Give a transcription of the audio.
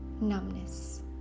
Numbness